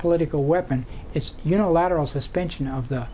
political weapon its unilateral suspension of the